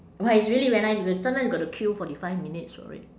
!wah! it's really very nice you know sometimes you got to queue forty five minutes for it